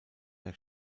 der